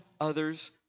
others